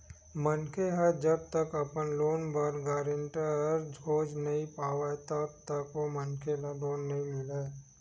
मनखे ह जब तक अपन लोन बर गारेंटर खोज नइ पावय तब तक ओ मनखे ल लोन नइ मिलय